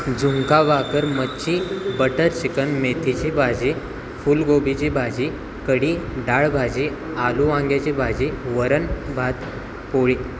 झुणका भाकर मच्छी butter chicken मेथीची भाजी फूलगोबीची भाजी कढी डाळभाजी आलू वांग्याची भाजी वरणभात पोळी